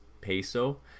peso